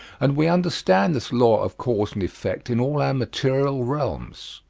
and we understand this law of cause and effect in all our material realms.